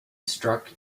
struck